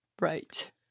Right